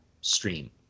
stream